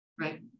Right